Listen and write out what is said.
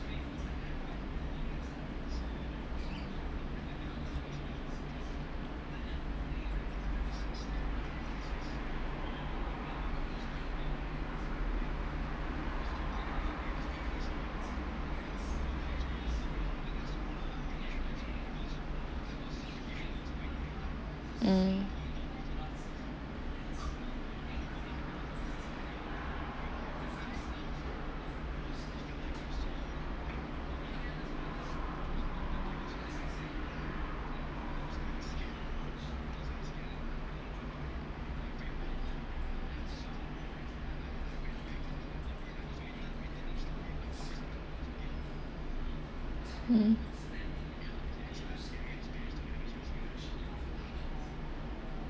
mm mm